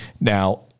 now